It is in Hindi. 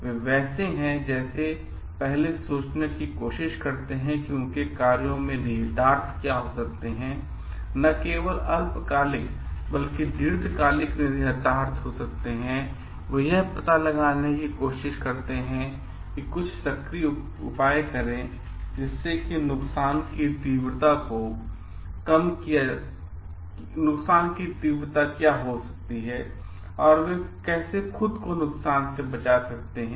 वे वैसे हैं जैसे वे पहले सोचने की कोशिश करते हैं कि उनके कार्यों में निहितार्थ क्या हो सकते हैं न केवल अल्पकालिक बल्कि दीर्घकालिक निहितार्थ हो सकते हैं और वे यह पता लगाने के लिए कोशिश करते हैं कुछ सक्रिय उपाय करें जिससे कि नुकसान की तीव्रता क्या हो सकती है और वे कैसे खुद को नुकसान से बचा सकते हैं